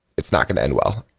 it's not going to end well.